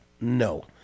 No